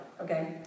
Okay